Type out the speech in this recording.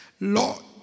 Lord